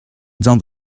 down